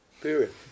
Period